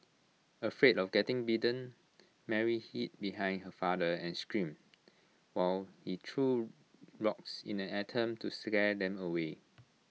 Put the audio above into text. afraid of getting bitten Mary hid behind her father and screamed while he threw rocks in an attempt to scare them away